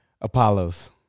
Apollos